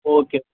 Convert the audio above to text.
okay